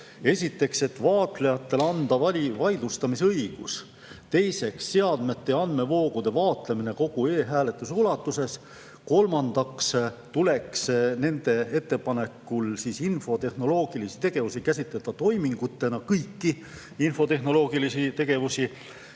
Esiteks, vaatlejatele anda vaidlustamise õigus. Teiseks, seadmete ja andmevoogude vaatlemine kogu e‑hääletuse ulatuses. Kolmandaks tuleks nende ettepanekul infotehnoloogilisi tegevusi käsitleda toimingutena, kõiki infotehnoloogilisi tegevusi.